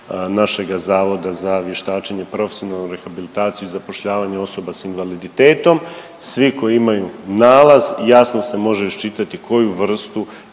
našega Zavoda za vještačenje i profesionalnu rehabilitaciju i zapošljavanje osoba s invaliditetom, svi koji imaju nalaz jasno se može iščitati koju vrstu